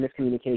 miscommunication